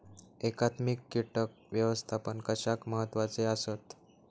एकात्मिक कीटक व्यवस्थापन कशाक महत्वाचे आसत?